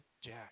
Jack